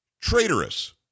traitorous